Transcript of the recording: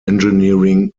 engineering